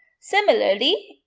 similarly,